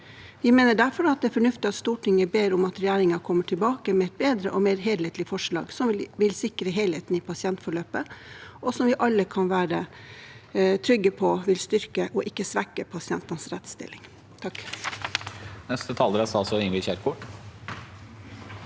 Vi mener derfor det er fornuftig at Stortinget ber regjeringen komme tilbake med et bedre og mer helhetlig forslag som vil sikre helheten i pasientforløpet, og som vi alle kan være trygge på vil styrke og ikke svekke pasientenes rettsstilling. Statsråd Ingvild Kjerkol